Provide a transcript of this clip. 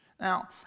Now